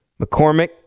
McCormick